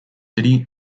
city